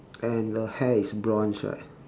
and the hair is bronze right